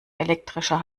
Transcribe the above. elektrischer